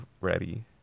ready